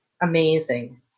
amazing